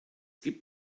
gibt